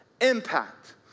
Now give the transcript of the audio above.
impact